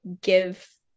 give